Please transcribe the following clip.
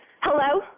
Hello